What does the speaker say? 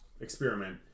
experiment